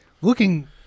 looking